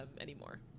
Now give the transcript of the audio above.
anymore